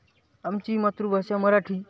आमची मातृभाषा मराठी